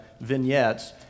vignettes